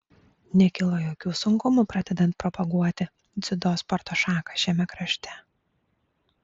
nekilo jokių sunkumų pradedant propaguoti dziudo sporto šaką šiame krašte